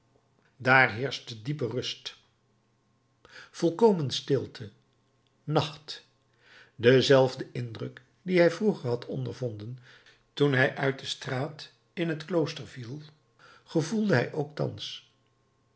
daar heerschte diepe rust volkomen stilte nacht denzelfden indruk dien hij vroeger had ondervonden toen hij uit de straat in het klooster viel gevoelde hij ook thans